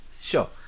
Sure